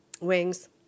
Wings